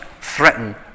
threaten